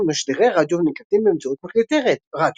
ממשדרי רדיו ונקלטים באמצעות מקלטי רדיו.